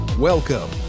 Welcome